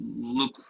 look